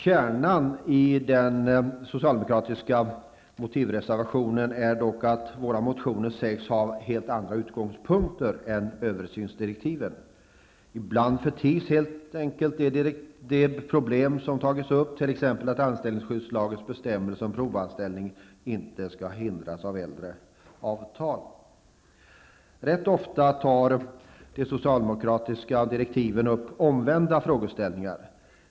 Kärnan i den socialdemokratiska motivreservationen är dock att våra motioner sägs ha helt andra utgångspunkter än översynsdirektiven. Ibland förtigs helt enkelt de problem som tagits upp, t.ex. att anställningsskyddslagens bestämmelser om provanställning inte skall hindras av äldre avtal. Rätt ofta tar de socialdemokratiska direktiven upp omvända frågeställningar.